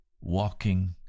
walking